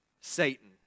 Satan